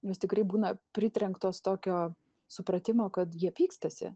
jos tikrai būna pritrenktos tokio supratimo kad jie pykstasi